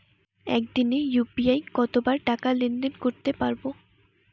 একদিনে ইউ.পি.আই কতবার টাকা লেনদেন করতে পারব?